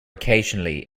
occasionally